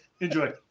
enjoy